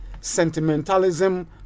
sentimentalism